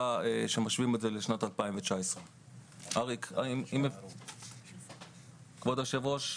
משווים את זה לשנת 2019. כבוד היושב-ראש,